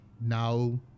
now